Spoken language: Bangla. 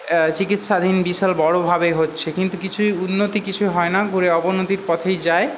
চিকিৎসাধীন বিশাল বড়োভাবে হচ্ছে কিন্তু কিছুই উন্নতি কিছুই হয় না ঘুরে অবনতির পথেই যায়